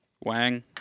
Wang